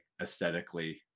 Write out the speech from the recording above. aesthetically